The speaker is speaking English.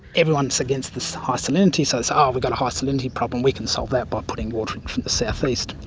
everyone's against this high salinity, so they say, oh, we've got a high salinity problem, we can solve that by putting water in from the south-east,